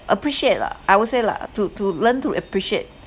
appreciate lah I would say lah to to learn to appreciate